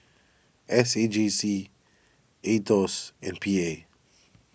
S A J C Aetos and P A